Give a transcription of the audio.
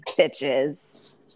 bitches